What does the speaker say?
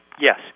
Yes